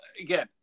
again